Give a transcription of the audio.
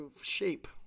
shape